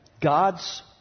God's